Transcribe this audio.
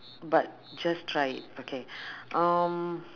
but just try it okay um